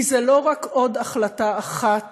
כי זו לא רק עוד החלטה אחת